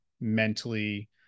mentally